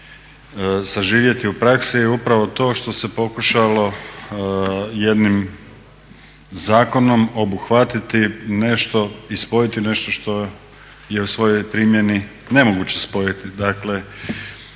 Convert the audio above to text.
saživjeti u praksi je upravo to što se pokušalo jednim zakonom obuhvatiti nešto i spojiti nešto što je u svojoj primjeni nemoguće spojiti.